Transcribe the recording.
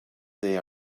they